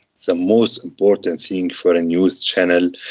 the most important thing for a news channel,